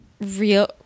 real